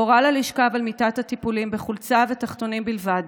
הוא הורה לה לשכב על מיטת הטיפולים בחולצה ותחתונים בלבד,